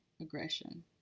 aggression